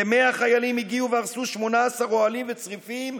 כ-100 חיילים הגיעו והרסו 18 אוהלים וצריפים,